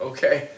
Okay